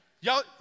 Y'all